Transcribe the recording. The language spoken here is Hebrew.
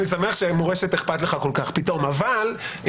אני שמח שכל-כך אכפת לך פתאום ממורשת אני